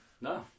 no